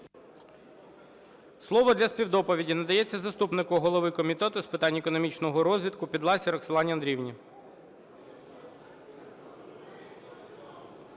Слово для співдоповіді надається заступнику голови Комітету з питань економічного розвитку Підласі Роксолані Андріївні.